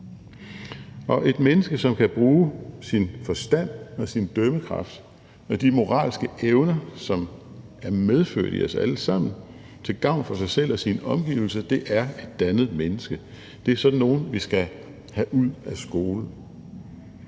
Og et menneske, som kan bruge sin forstand og sin dømmekraft med de moralske evner, som er medfødt i os alle sammen, til gavn for sig selv og sine omgivelser, er et dannet menneske. Det er sådan nogle, vi skal have ud af skolen.